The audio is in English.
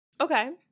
Okay